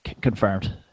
Confirmed